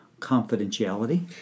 confidentiality